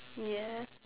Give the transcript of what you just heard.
ya